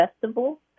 festival